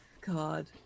God